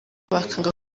bakanga